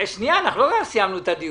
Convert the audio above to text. עוד לא סיימנו את הדיון.